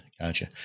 gotcha